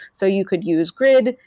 so you could use grid,